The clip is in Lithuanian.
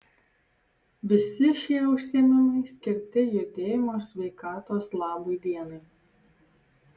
visi šie užsiėmimai skirti judėjimo sveikatos labui dienai